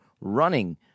running